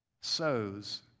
sows